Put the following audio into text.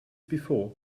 before